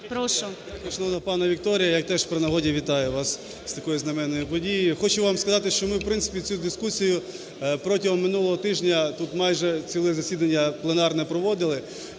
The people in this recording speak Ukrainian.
вітаю вас з такою знаменною подією. Хочу вам сказати, що ми, в принципі, цю дискусію протягом минулого тижня тут майже ціле засідання пленарне проводили.